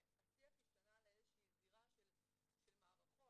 והשיח השתנה לזירה של מערכות,